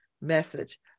message